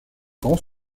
grands